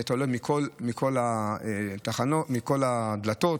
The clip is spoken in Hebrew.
אתה עולה בכל התחנות מכל הדלתות.